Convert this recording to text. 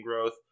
growth